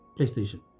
PlayStation